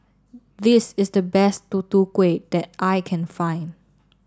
this is the best Tutu Kueh that I can find